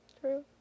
True